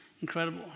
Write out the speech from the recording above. incredible